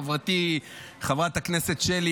חברתי חברת הכנסת שלי,